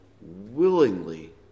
willingly